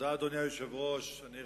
אדוני היושב-ראש, תודה.